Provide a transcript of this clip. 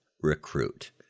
recruit